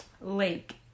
Lake